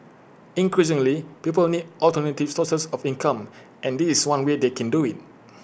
increasingly people need alternative sources of income and this is one way they can do IT